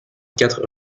quatre